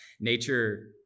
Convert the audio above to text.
nature